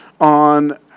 on